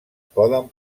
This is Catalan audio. poden